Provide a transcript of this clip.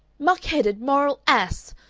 muck-headed moral ass!